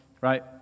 right